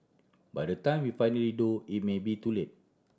by the time we finally do it may be too late